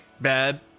bad